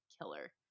killer